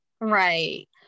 Right